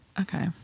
okay